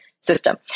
system